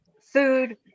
food